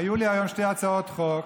היו לי היום שתי הצעות חוק,